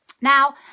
Now